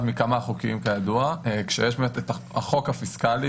מכמה חוקים כאשר יש את החוק הפיסקלי,